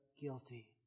guilty